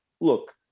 Look